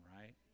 right